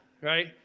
right